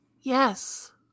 yes